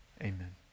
Amen